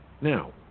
Now